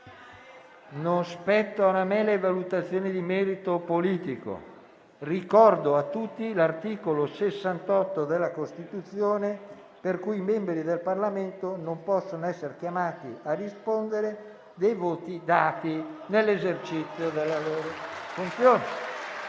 Senatore Castelli, le valutazioni di merito politico non spettano a me. Ricordo a tutti l'articolo 68 della Costituzione, per cui i membri del Parlamento non possono essere chiamati a rispondere dei voti dati nell'esercizio delle loro funzioni.